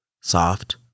Soft